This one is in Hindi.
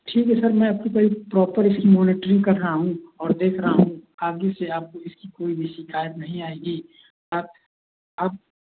ठीक है सर में आपकी पहले प्रोपर इसकी मोनीट्रिंग कर रहा हूँ और देख रहा हूँ आगे से आप इसकी कोई भी शिकायत नहीं आएगी आप आप